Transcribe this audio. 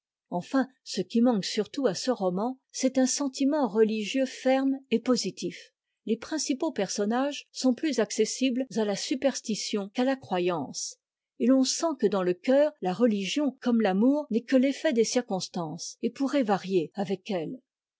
enfin ce qui manque surtout à ce roman c'est un sentiment religieux ferme et positif les principaux personnages sont plus accessibles à la superstition qu'à ta croyance et l'on sent que dans le cœur la religion comme l'amour n'est que l'effet des circonstances et pourrait varier avec elles